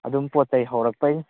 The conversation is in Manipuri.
ꯑꯗꯨꯝ ꯄꯣꯠꯆꯩ ꯍꯧꯔꯛꯄꯩ